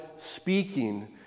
speaking